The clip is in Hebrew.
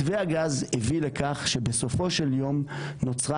מתווה הגז הביא לכך שבסופו של יום נוצרה